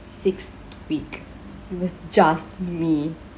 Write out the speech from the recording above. six week it was just me